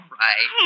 right